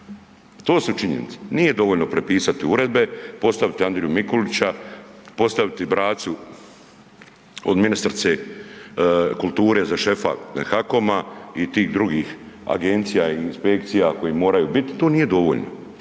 To su činjenice. Nije dovoljno prepisati uredbe, postaviti Andriju Mikulića, postaviti bracu od ministrice kulture za šefa HAKOM-a i tih drugih agencija i inspekcija koje moraju biti tu nije dovoljno.